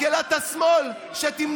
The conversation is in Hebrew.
מקהלת השמאל שתהפוך אותנו למדינת הסתדרות,